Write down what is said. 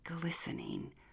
glistening